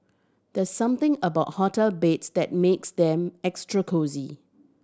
there's something about hotel beds that makes them extra cosy